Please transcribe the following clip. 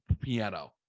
piano